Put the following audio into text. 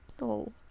no